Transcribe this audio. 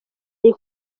yari